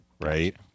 right